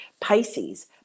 pisces